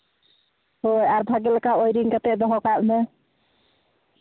ᱦᱮᱸ ᱟᱨ ᱵᱷᱟᱹᱜᱤ ᱞᱮᱠᱟ ᱳᱭᱨᱤᱝ ᱠᱟᱛᱮᱫ ᱫᱚᱦᱚ ᱠᱟᱜ ᱢᱮ